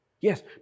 Yes